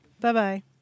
Bye-bye